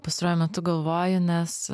pastaruoju metu galvoju nes